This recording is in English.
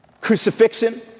Crucifixion